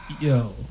Yo